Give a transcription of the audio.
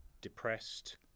depressed